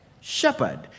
shepherd